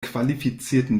qualifizierten